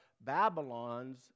Babylon's